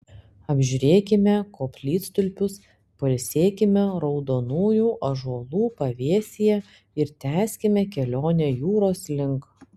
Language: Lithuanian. apžiūrėkime koplytstulpius pailsėkime raudonųjų ąžuolų pavėsyje ir tęskime kelionę jūros link